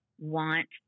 want